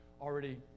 already